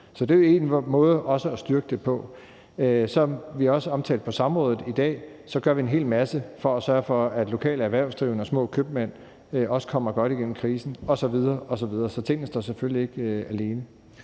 Så det er jo en måde også at styrke det på. Som vi også omtalte på samrådet i dag, gør vi en hel masse for at sørge for, at lokale erhvervsdrivende og små købmænd også kommer godt igennem krisen osv. osv. Så tingene står selvfølgelig ikke alene.